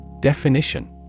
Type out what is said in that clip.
Definition